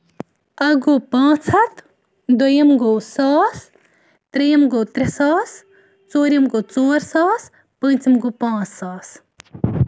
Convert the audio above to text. اَکھ گوٚو پانژھ ہَتھ دۄیِم گوٚو ساس ترٛیٚیِم گوٚو ترٛےٚ ساس ژوٗرِم گوٚو ژورساس پوٗنژِم گوٚو پانژھ ساس